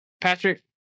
Patrick